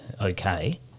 okay